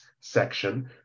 section